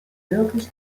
wirklich